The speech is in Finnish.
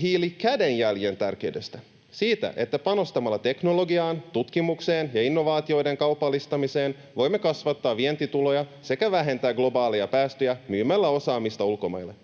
hiilikädenjäljen tärkeydestä, siitä, että panostamalla teknologiaan, tutkimukseen ja innovaatioiden kaupallistamiseen voimme kasvattaa vientituloja sekä vähentää globaaleja päästöjä myymällä osaamista ulkomaille.